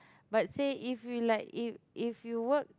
but say if you like if if you work